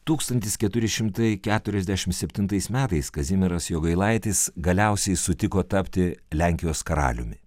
tūkstantis keturi šimtai keturiasdešimt septintais metais kazimieras jogailaitis galiausiai sutiko tapti lenkijos karaliumi